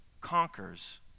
conquers